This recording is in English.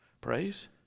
praise